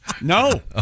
No